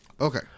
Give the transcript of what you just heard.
Okay